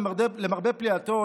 למרבה פליאתו,